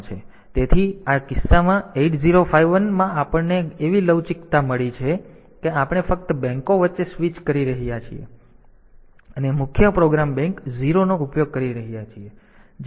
તેથી આ કિસ્સામાં 8051 માં આપણને એવી લવચીકતા મળી છે કે આપણે ફક્ત બેંકો વચ્ચે સ્વિચ કરી શકીએ છીએ અને મુખ્ય પ્રોગ્રામ બેંક 0 નો ઉપયોગ કરી રહ્યો છે